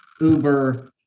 Uber